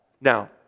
Now